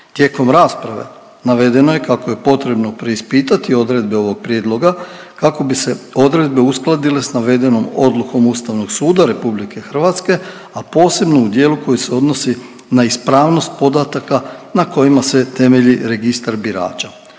Tijekom rasprave navedeno je kako je potrebno preispitati odredbe ovog prijedloga kako bi se odredbe uskladile s navedenom odlukom Ustavnom suda RH, a posebno u dijelu koji se odnosi na ispravnost podataka na kojima se temelju Registar birača.